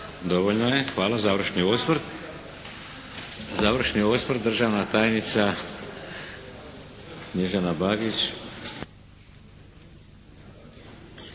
Dovoljno je. Hvala. Završni osvrt, završni osvrt državna tajnica Snježana Bagić.